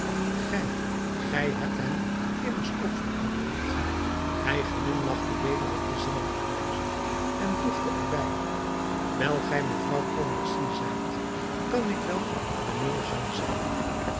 gij gij hebt hem immers ook veranderd hij glimlachte weder op dezelfde wijze en voegde er bij wijl gij mevrouw pontmercy zijt kan ik wel mijnheer jean zijn